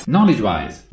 Knowledge-wise